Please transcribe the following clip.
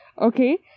Okay